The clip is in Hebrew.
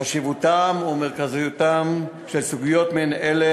חשיבותן ומרכזיותן של סוגיות מעין אלה,